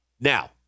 Now